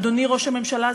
אדוני ראש הממשלה,